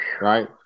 right